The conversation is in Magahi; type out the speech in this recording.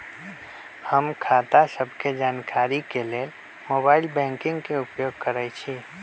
हम खता सभके जानकारी के लेल मोबाइल बैंकिंग के उपयोग करइछी